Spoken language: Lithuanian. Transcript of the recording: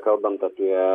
kalbant apie